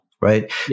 right